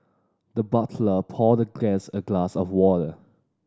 the butler poured the guest a glass of water